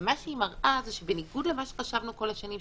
היא מראה שבניגוד למה שחשבנו כל השנים,